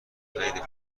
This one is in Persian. شده، پول